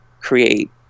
create